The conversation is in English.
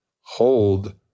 hold